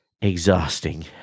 Exhausting